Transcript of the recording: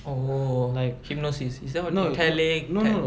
oh hypnosis is that italic